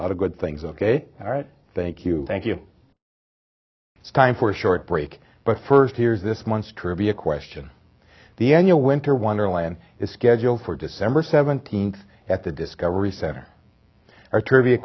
good things ok all right thank you thank you it's time for short break but first here's this month's trivia question the annual winter wonderland is scheduled for december seventeenth at the discovery center our trivia